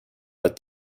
but